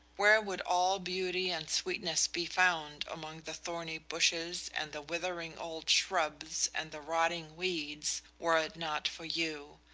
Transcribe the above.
where would all beauty and sweetness be found among the thorny bushes and the withering old shrubs and the rotting weeds, were it not for you?